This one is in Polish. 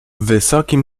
wysokim